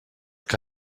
que